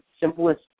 simplest